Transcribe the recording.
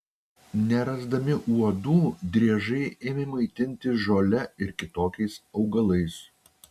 nerasdami uodų driežai ėmė maitintis žole ir kitokiais augalais